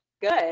good